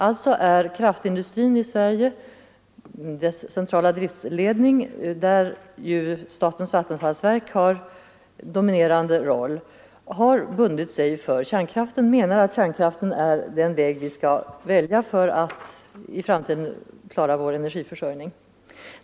Alltså har kraftindustrin i Sverige genom sin centrala driftledning, där ju statens vattenfallsverk spelar en dominerande roll, bundit sig för kärnkraften och anser att det är den vägen vi skall välja för att i framtiden klara vår energiförsörjning.